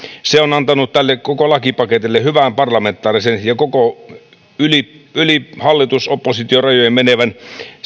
se on antanut tälle koko lakipaketille hyvän parlamentaarisen ja yli yli hallitus oppositio rajojen menevän